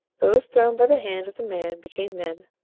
those thrown by the hand of the man became men,